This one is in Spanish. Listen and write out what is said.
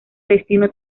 destino